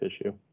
issue